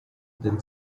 then